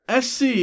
SC